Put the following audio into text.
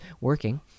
working